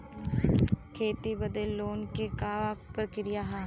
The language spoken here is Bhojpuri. खेती बदे लोन के का प्रक्रिया ह?